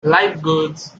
lifeguards